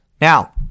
Now